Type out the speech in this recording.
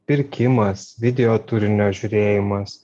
pirkimas video turinio žiūrėjimas